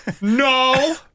No